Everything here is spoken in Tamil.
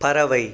பறவை